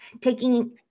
taking